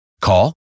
Call